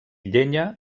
llenya